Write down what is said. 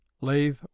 lathe